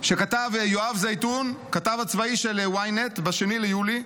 שכתב יואב זיתון, הכתב הצבאי של ynet, ב-2 ביולי: